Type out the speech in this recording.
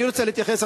אני רוצה להתייחס,